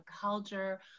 culture